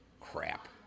Crap